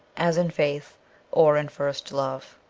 as in faith or in first love.